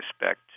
respect